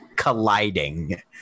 Colliding